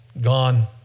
Gone